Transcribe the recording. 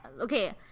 Okay